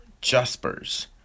Jaspers